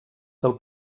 del